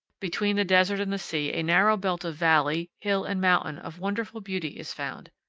between the desert and the sea a narrow belt of valley, hill, and mountain of wonderful beauty is found.